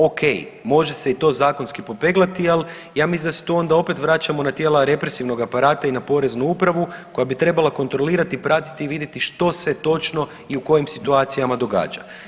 O.k. može se i to zakonski popeglati, ali ja mislim da se onda tu opet vraćamo na tijela represivnog aparata i na Poreznu upravu koja bi trebala kontrolirati, pratiti i vidjeti što se točno i u kojim situacijama događa.